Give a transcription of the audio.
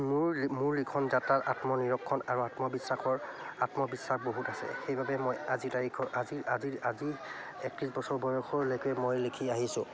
মোৰ মোৰ লিখন যাত্ৰাত আত্মনিৰক্ষণ আৰু আত্মবিশ্বাসৰ আত্মবিশ্বাস বহুত আছে সেইবাবে মই আজিৰ তাৰিখৰ আজিৰ আজিৰ আজি একত্ৰিছ বছৰ বয়সৰলৈকে মই লিখি আহিছোঁ